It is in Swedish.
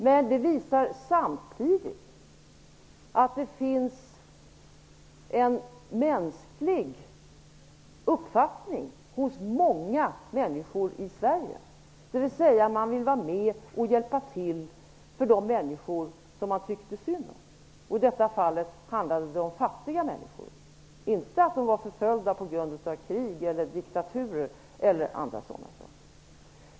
Men samtidigt visar det att det finns en mänsklig uppfattning hos många människor i Sverige -- dvs. man vill vara med och hjälpa till när det gäller de människor som man tycker synd om. I detta fall handlade det om fattiga människor, inte om människor som var förföljda på grund av krig, diktatur osv.